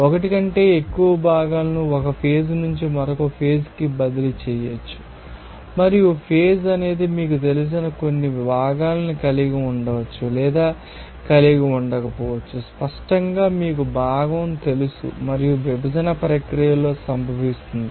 1 కంటే ఎక్కువ భాగాలను 1 ఫేజ్ నుండి మరొక ఫేజ్కు బదిలీ చేయవచ్చు మరియు ఫేజ్ అనేది మీకు తెలిసిన కొన్ని భాగాలను కలిగి ఉండవచ్చు లేదా కలిగి ఉండకపోవచ్చు స్పష్టంగా మీకు భాగం తెలుసు మరియు విభజన ప్రక్రియలలో సంభవిస్తుంది